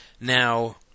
Now